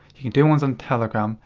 you can do one's on telegram,